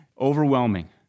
overwhelming